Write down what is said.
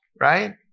right